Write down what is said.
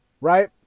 right